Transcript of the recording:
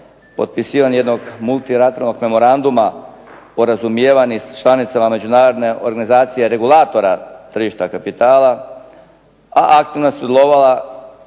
potpisivanjem jednog … memoranduma o razumijevanju s članicama Međunarodne organizacije regulatora tržišta kapitala, a aktivno sudjelovali